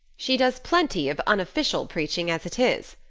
she does plenty of unofficial preaching as it is.